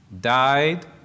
died